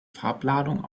farbladung